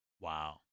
Wow